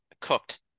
cooked